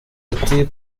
ati